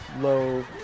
low